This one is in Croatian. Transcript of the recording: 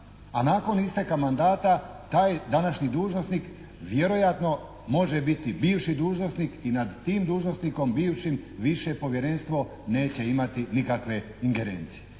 a nakon isteka mandata taj današnji dužnosnik vjerojatno može biti bivši dužnosnik i nad tim dužnosnikom bivšim više Povjerenstvo neće imati nikakve ingerencije.